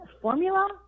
Formula